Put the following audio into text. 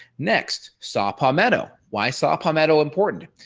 next sol palmetto. why sol palmetto important?